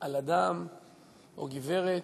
על אדם או גברת,